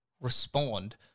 respond